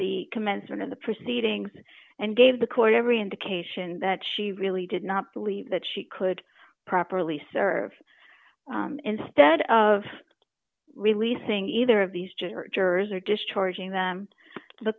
the commencement of the proceedings and gave the court every indication that she really did not believe that she could properly serve instead of releasing either of these jurors or discharging them t